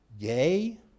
gay